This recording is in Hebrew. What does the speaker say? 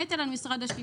נטל על המשרד השיכון,